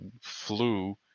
flew